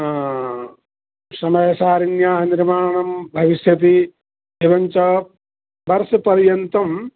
शमयसारिन्याः निर्माणं भविस्यति एवञ्च वर्ष पर्यन्तं